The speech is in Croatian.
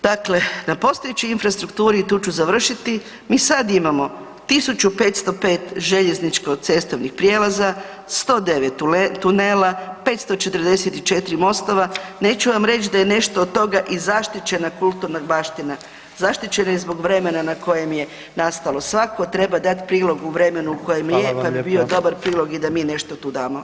Dakle, na postojećoj infrastrukturi i tu ću završiti, mi sad imamo 1.505 željezničko cestovnih prijelaza, 109 tunela, 544 mostova, neću vam reći da je nešto od toga i zaštićena kulturna baština, zaštićena je zbog vremena na kojem je nastalo, svako treba dati prilog u kojem je [[Upadica: Hvala vam lijepa.]] pa bi bio dobar prilog i da mi nešto tu damo.